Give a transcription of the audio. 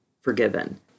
forgiven